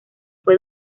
fue